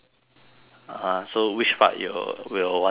(uh huh) so which part you'll will want to settle